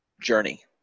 journey